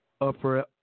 upper